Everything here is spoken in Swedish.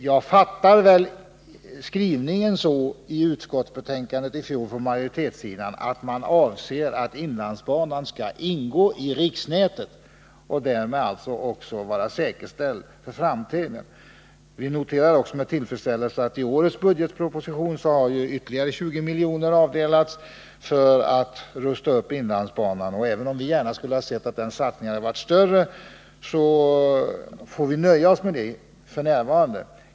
Jag uppfattar majoritetens skrivning i fjolårets utskottsbetänkande så, att inlandsbanan skall ingå i riksnätet och därmed alltså vara säkerställd för framtiden. Vi noterar också med tillfredsställelse att ytterligare 20 miljoner avdelats i årets budgetproposition för att rusta upp inlandsbanan. Även om vi gärna sett att den satsningen varit större får vi nöja oss med detta f. n.